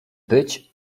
być